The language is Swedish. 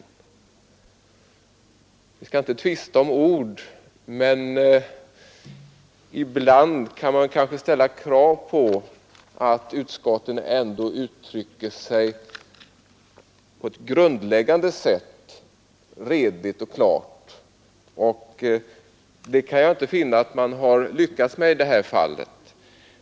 Vi skall inte tvista om ord, men man kan väl ändå kräva att utskottet uttrycker sig redigt och klart på ett grundläggande sätt, och det kan jag inte finna att man har lyckats med i detta fall.